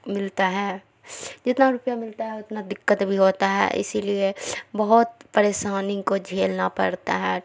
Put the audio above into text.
ملتا ہے جتنا روپیہ ملتا ہے اتنا دقت بھی ہوتا ہے اسی لیے بہت پریشانی کو جھیلنا پڑتا ہے